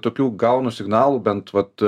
tokių gaunu signalų bent vat